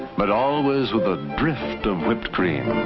but always with a drift of whipped cream.